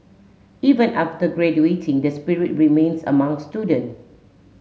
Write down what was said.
even after graduating that spirit remains among student